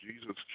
Jesus